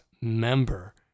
member